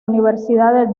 universidad